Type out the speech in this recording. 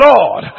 Lord